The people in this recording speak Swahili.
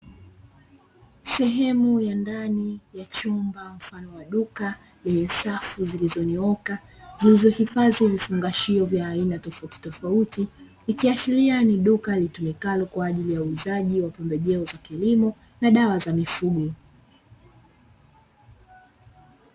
Sehemu ya ndani ya chumba mfano wa duka lenye safu zilizonyooka, zilizohifadhi vifungashio vya aina tofautitofauti, ikiashiria ni duka litumikalo kwa ajili ya uuzaji wa pembejeo za kilimo na dawa za mifugo.